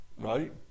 right